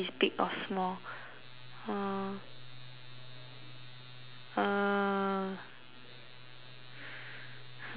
uh mm